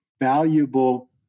valuable